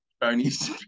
Chinese